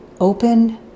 open